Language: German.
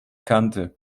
kannte